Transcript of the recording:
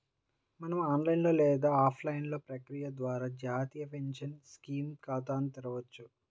మనం ఆన్లైన్ లేదా ఆఫ్లైన్ ప్రక్రియ ద్వారా జాతీయ పెన్షన్ స్కీమ్ ఖాతాను తెరవొచ్చు